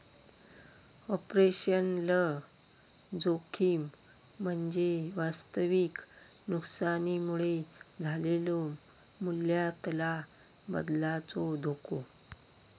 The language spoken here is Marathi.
ऑपरेशनल जोखीम म्हणजे वास्तविक नुकसानीमुळे झालेलो मूल्यातला बदलाचो धोको